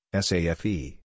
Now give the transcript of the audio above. SAFE